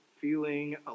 feeling